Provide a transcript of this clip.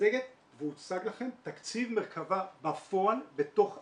מצגת והוצג לכם תקציב מרכב"ה בפועל בתוך המערכת,